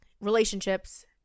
relationships